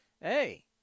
Hey